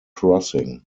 crossing